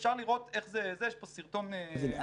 אפשר לראות איך זה, יש פה סרטון קצר.